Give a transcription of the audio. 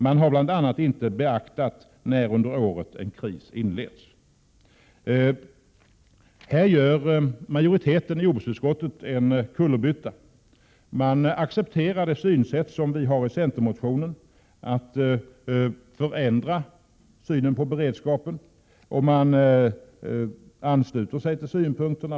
Man har bla inte beaktat när under året en kris inleds.” Här gör majoriteten i jordbruksutskottet en logisk kullerbytta. Man accepterar det synsätt som vi har i centermotionen — att förändra synen på beredskapen — och ansluter sig till våra synpunkter.